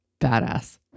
badass